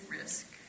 risk